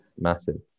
massive